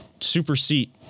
supersede